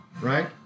right